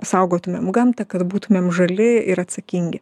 saugotumėm gamtą kad būtumėm žali ir atsakingi